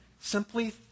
simply